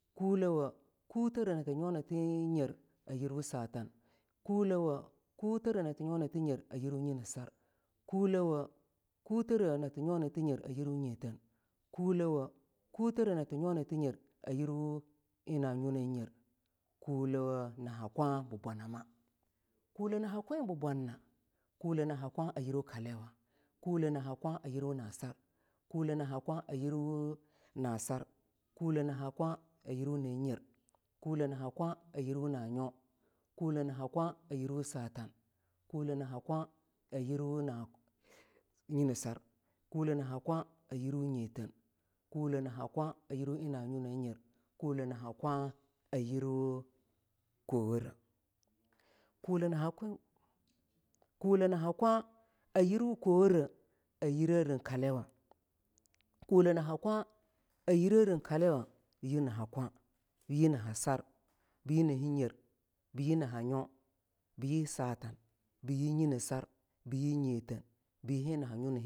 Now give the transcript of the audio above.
kulewoh kuter nati nyo natinyere yirwu satan kulewoh kutere nati nyo nati nyer yirwu nyinaser kulewoh ku tere natin nyo nati nyer yirwu nyiteen kulewoh kutere nati nyo katinyer yirwu na nyo na nyer kulewoh na ha kwa bii bwanama kule naha kwe bii bwanna kule na ha kwa yir kaliwa kule nahakwa yirwo nasar kule na ha kwa yirwu nasar kule na ha kwa a yirwu na nyer kule na ha kwa a yirwu na nyo kule na ha kwa a yirwu satan kule naha kwa yrwu nyinesa kule na ha kwa ayrwu nyitten kule na ha kwa a yirwu na nyo na nyer kule na ha kwa wore a yirwun kalila kule na ha kwa a yireren kalila yir naha kwa yir naha sar yi na nyer yi na nyo yi satan biyi nyinesar bi yi nyitton bi yir nanyo na nyer